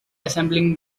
assembling